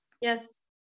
yes